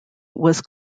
was